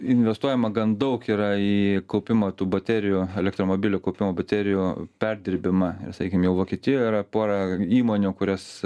investuojama gan daug yra į kaupimą tų baterijų elektromobilių kaupimo baterijų perdirbimą sakykim jau vokietijoj yra pora įmonių kurios